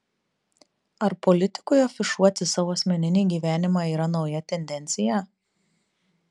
ar politikui afišuoti savo asmeninį gyvenimą yra nauja tendencija